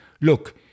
look